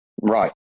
Right